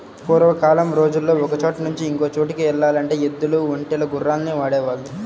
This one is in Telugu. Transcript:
పూర్వకాలం రోజుల్లో ఒకచోట నుంచి ఇంకో చోటుకి యెల్లాలంటే ఎద్దులు, ఒంటెలు, గుర్రాల్ని వాడేవాళ్ళు